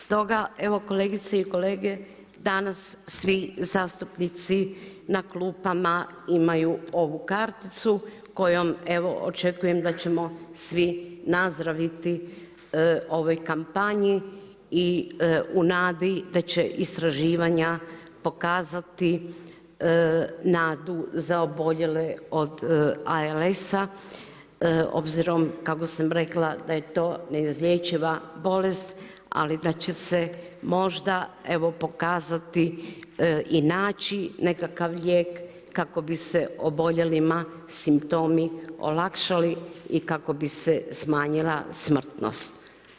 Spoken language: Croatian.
Stoga evo kolegice i kolege, danas svi zastupnici na klupama imaju ovu karticu kojom evo očekujem da ćemo svi nazdraviti ovoj kampanji i u nadi da će istraživanja pokazati nadu za oboljele od ALS-a obzirom kako sam rekla da je to neizlječiva bolest, ali da će se možda evo pokazati i naći nekakav lijek, kako bi se oboljelima simptomi olakšali i kako bi se smanjila smrtnost.